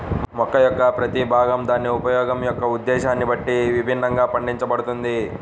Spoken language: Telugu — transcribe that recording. మొక్క యొక్క ప్రతి భాగం దాని ఉపయోగం యొక్క ఉద్దేశ్యాన్ని బట్టి విభిన్నంగా పండించబడుతుంది